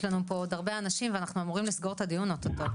יש לנו פה עוד הרבה אנשים ואנחנו אמורים לסגור את הדיון אוטוטו.